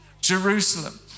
Jerusalem